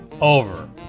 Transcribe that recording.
over